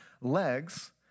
legs